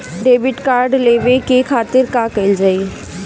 Debit card लेवे के खातिर का कइल जाइ?